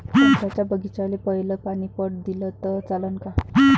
संत्र्याच्या बागीचाले पयलं पानी पट दिलं त चालन का?